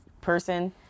person